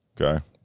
Okay